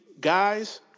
guys